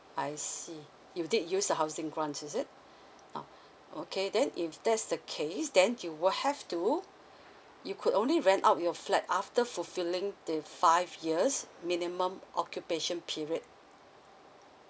I see you did use a housing grant is it now okay then if that's the case then you will have to you could only rent out your flat after fulfilling the five years minimum occupation period